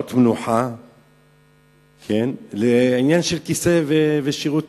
שעות מנוחה לעניין של כיסא ושירותים.